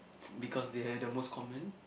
because they are the most common